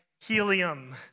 helium